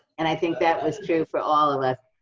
and i think that was true for all of us.